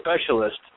specialist